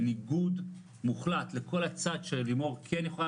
בניגוד מוחלט לכל הצד שלימור כן יכולה